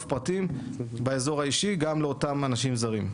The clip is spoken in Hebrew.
פרטים באזור האישי גם לאותם אנשים זרים.